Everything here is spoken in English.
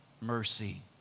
mercy